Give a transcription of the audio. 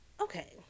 Okay